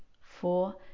four